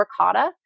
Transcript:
ricotta